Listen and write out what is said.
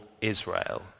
Israel